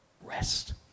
rest